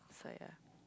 so ya